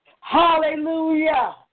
Hallelujah